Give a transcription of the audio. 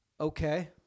Okay